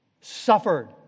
suffered